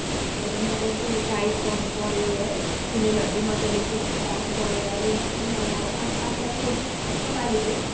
मतलब सेनिटाइज गर्नु पर्यो है फिनेलहरूले मजाले पुछपाछ गरेर रुमहरू पनि अब अब आफूलाई प्रोटेक्टको लागि चाहिँ